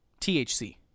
THC